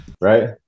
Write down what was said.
Right